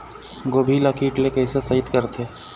गोभी ल कीट ले कैसे सइत करथे?